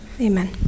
amen